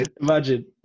Imagine